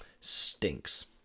stinks